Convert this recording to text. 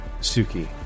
Suki